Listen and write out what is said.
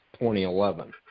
2011